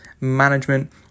management